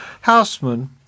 Houseman